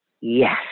yes